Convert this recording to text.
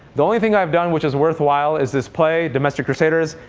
the only thing i've done which is worthwhile is this play domestic crusaders.